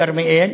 כרמיאל,